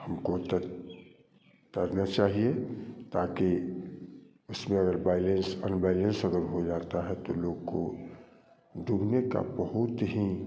हमें त तैरना चाहिए ताकि उसमें अगर बायलेंस अनबैलेंस अगर हो जाता है तो लोग को डूबने का बहुत ही